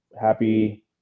happy